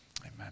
amen